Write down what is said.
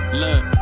look